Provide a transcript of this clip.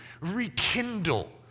rekindle